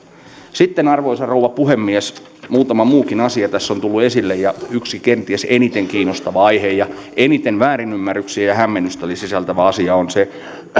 sitten arvoisa rouva puhemies muutama muukin asia tässä on tullut esille ja yksi kenties eniten kiinnostava aihe ja eniten väärinymmärryksiä ja hämmennystä sisältävä asia on se